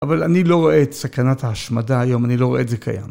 אבל אני לא רואה את סכנת ההשמדה היום, אני לא רואה את זה קיימת.